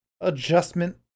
adjustment